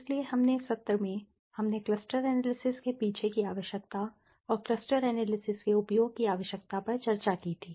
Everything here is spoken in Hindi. इसलिए पिछले सत्र में हमने क्लस्टर एनालिसिस के पीछे की आवश्यकता और क्लस्टर एनालिसिस के उपयोग की आवश्यकता पर चर्चा की थी